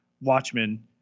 Watchmen